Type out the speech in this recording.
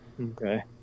Okay